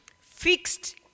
fixed